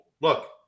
look